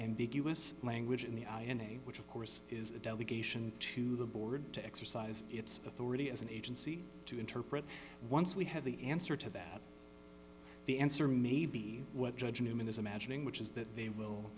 ambiguous language in the i n a which of course is a delegation to the board to exercise its authority as an agency to interpret once we have the answer to that the answer may be what judge newman is imagining which is that they will